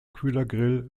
kühlergrill